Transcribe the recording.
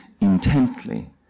intently